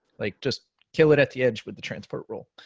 like just kill it at the edge with the transport rule.